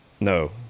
No